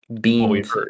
Beans